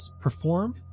perform